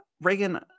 Reagan